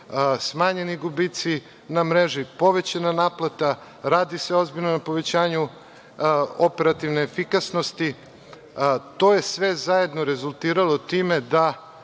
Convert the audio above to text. smanjeni gubici na mreži, povećana naplata, radi se ozbiljno na povećanju operativne efikasnosti. To je sve zajedno rezultiralo time da